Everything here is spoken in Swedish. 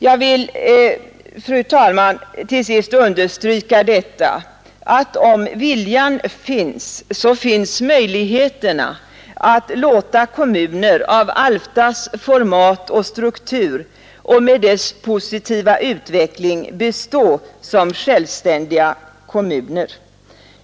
Jag vill, fru talman, till sist understryka detta att om viljan finns så finns möjligheterna att låta kommuner av Alftas format och struktur och med dess positiva utveckling bestå som självständiga kommuner.